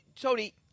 Tony